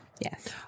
Yes